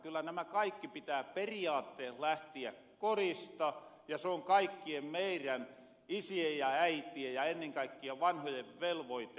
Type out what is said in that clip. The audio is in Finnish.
kyllä nämä kaikki pitää periaattees lähtiä kodista ja soon kaikkien meirän isien ja äitien ja ennen kaikkia vanhojen velvoite